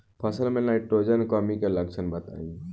फसल में नाइट्रोजन कमी के लक्षण बताइ?